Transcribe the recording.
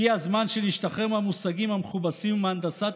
הגיע הזמן שנשתחרר מהמושגים המכובסים ומהנדסת